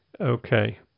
Okay